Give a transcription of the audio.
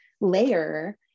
layer